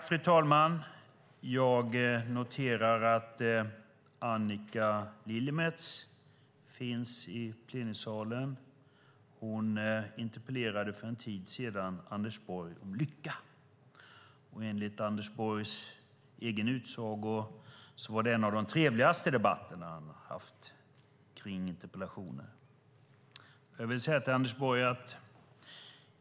Fru talman! Jag noterar att Annika Lillemets finns i plenisalen. Hon interpellerade för en tid sedan Anders Borg om lycka. Enligt Anders Borgs egen utsago var det en av de trevligaste interpellationsdebatterna han hade haft.